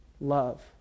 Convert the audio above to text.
love